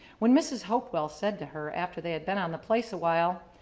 when mrs. hopewell said to her after they had been on the place a while,